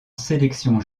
sélections